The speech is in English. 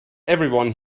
everyone